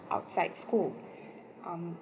outside school um